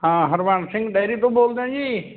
ਹਾਂ ਹਰਬੰਸ ਸਿੰਘ ਡਾਇਰੀ ਤੋਂ ਬੋਲਦੇ ਆ ਜੀ